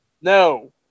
No